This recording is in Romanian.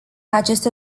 aceste